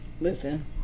Listen